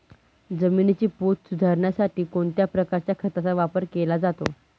जमिनीचा पोत सुधारण्यासाठी कोणत्या प्रकारच्या खताचा वापर केला जातो?